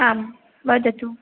आं वदतु